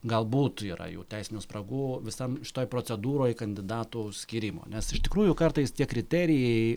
galbūt yra jau teisinių spragų visam šitoj procedūroj kandidatų skyrimo nes iš tikrųjų kartais tie kriterijai